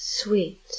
Sweet